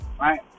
right